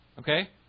Okay